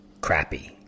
crappy